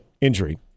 injury